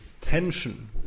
tension